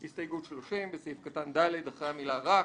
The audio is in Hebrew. הסתייגות 29: בסעיף קטן (ד), אחרי המילה "הפחתה"